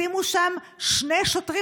שימו שם שני שוטרים,